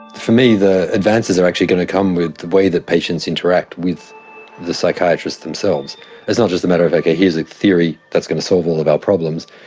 for me the advances are actually going to come with the way that patients interact with the psychiatrists themselves. it's not just a matter of, okay, here's a theory that's going to solve all of our problems,